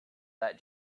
that